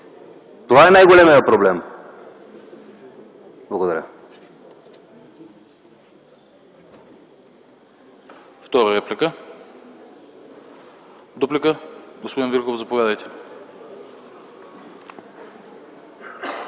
Това е най-големият проблем. Благодаря.